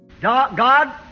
God